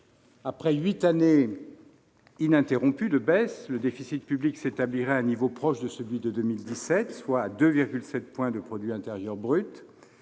Après huit années ininterrompues de baisse, le déficit public s'établirait à un niveau proche de celui de 2017, soit à 2,7 points de